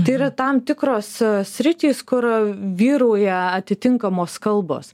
tai yra tam tikros sritys kur vyrauja atitinkamos kalbos